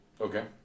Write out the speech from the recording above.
Okay